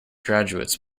graduates